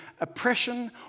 oppression